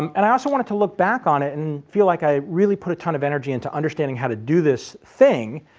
um and i also wanted to look back on it and feel like i really put a ton of energy into understanding how to do this thing,